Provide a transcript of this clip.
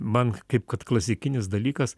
man kaip kad klasikinis dalykas